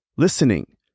Listening